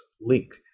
Link